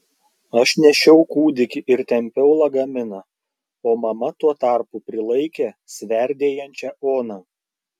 aš nešiau kūdikį ir tempiau lagaminą o mama tuo tarpu prilaikė sverdėjančią oną